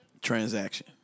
transaction